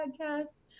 podcast